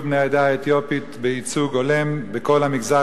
בני העדה האתיופית בייצוג הולם בכל מגזר,